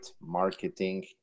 marketing